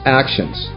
actions